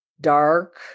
dark